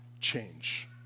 change